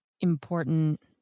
important